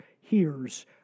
hears